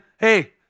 hey